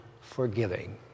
forgiving